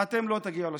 אתם לא תגיעו לשלטון.